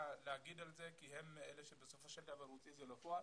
לומר על זה כי הם אלה שבסופו של דבר מוציאים את זה לפועל.